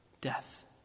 death